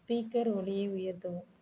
speaker ஒலியை உயர்த்தவும்